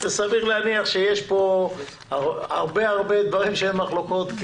וסביר להניח שיש פה הרבה הרבה דברים שאין עליהם מחלוקות,